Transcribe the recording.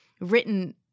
written